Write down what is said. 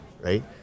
right